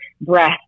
breath